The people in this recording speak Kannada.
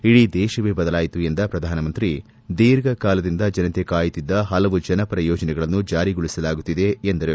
ಇಡೀ ದೇಶವೇ ಬದಲಾಯಿತು ಎಂದ ಪ್ರಧಾನ ಮಂತ್ರಿ ದೀರ್ಘಕಾಲದಿಂದ ಜನತೆ ಕಾಯುತ್ತಿದ್ದ ಪಲವು ಜನಪರ ಯೋಜನೆಗಳನ್ನು ಜಾರಿಗೊಳಿಸಲಾಗುತ್ತಿದೆ ಎಂದರು